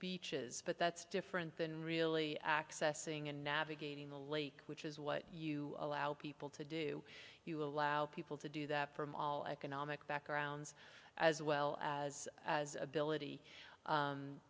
beaches but that's different than really accessing and navigating the lake which is what you allow people to do you allow people to do that from all economic backgrounds as well as as